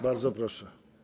Bardzo proszę.